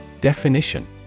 Definition